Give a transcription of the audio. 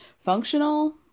functional